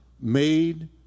made